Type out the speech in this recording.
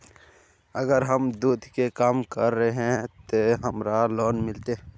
अगर हम दूध के काम करे है ते हमरा लोन मिलते?